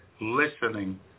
listening